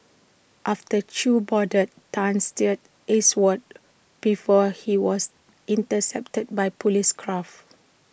after chew boarded Tan steered eastwards before he was intercepted by Police craft